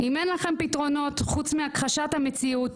אם אין לכם פתרונות חוץ מהכחשת המציאות,